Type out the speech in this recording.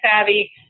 savvy